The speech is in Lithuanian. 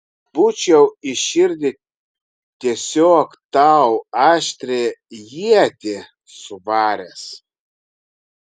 būčiau į širdį tiesiog tau aštrią ietį suvaręs